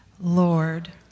Lord